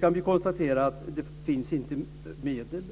kan konstatera att det inte finns medel.